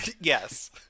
Yes